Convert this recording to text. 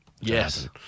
Yes